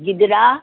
गिदिरा